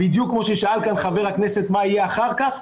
בדיוק כמו ששאל כאן חבר הכנסת מה יהיה אחר כך,